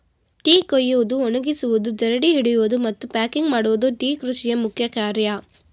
tea ಕುಯ್ಯುವುದು, ಒಣಗಿಸುವುದು, ಜರಡಿ ಹಿಡಿಯುವುದು, ಮತ್ತು ಪ್ಯಾಕಿಂಗ್ ಮಾಡುವುದು ಟೀ ಕೃಷಿಯ ಮುಖ್ಯ ಕಾರ್ಯ